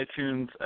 iTunes